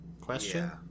question